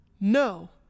No